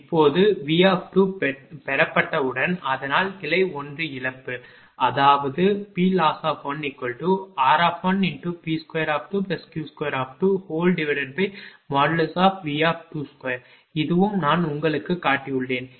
இப்போது V பெறப்பட்டவுடன் அதனால் கிளை 1 இழப்பு அதாவது PLoss1r×P22Q2V22 இதுவும் நான் உங்களுக்குக் காட்டியுள்ளேன்